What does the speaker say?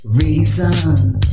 reasons